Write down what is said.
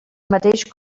mateix